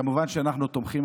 כמובן שאנחנו תומכים,